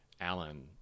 Alan